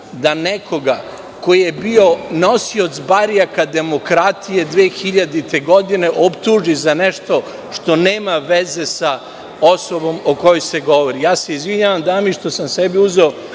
da nekoga ko je bio nosilac barjaka demokratije 2000. godine optuži za nešto što nema veze sa osobom o kojoj se govori. Izvinjavam se dami što sam sebi uzeo